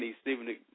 Stephen